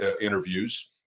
interviews